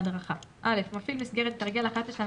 והדרכה 26. מפעיל מסגרת יתרגל אחת לשנה